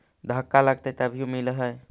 धक्का लगतय तभीयो मिल है?